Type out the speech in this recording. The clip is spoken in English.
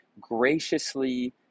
graciously